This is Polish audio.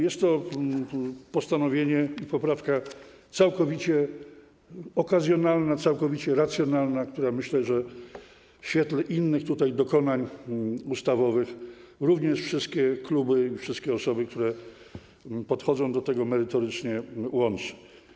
Jest to postanowienie, poprawka całkowicie okazjonalna, całkowicie racjonalna, która, jak myślę, w świetle innych tutaj dokonań ustawowych również wszystkie kluby i wszystkie osoby, które podchodzą do tego merytorycznie, łączy.